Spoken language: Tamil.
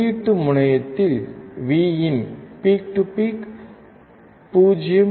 உள்ளீட்டு முனையத்தில் பீக் டு பீக் 0